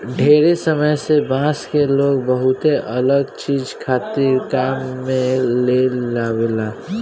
ढेरे समय से बांस के लोग बहुते अलग चीज खातिर काम में लेआवेला